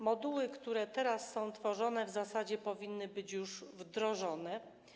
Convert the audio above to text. Moduły, które teraz są tworzone, w zasadzie powinny być już wdrożone.